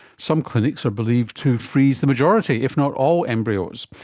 some clinics are believed to freeze the majority if not all embryos.